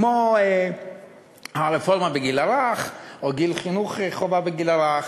כמו הרפורמה בגיל הרך או חינוך חובה בגיל הרך,